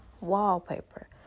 wallpaper